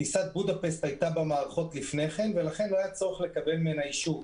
טיסת בודפשט הייתה במערכות לפני כן ולכן לא היה צורך לקבל עליה אישור.